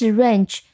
range